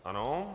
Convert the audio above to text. Ano.